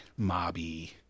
mobby